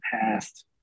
past